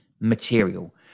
material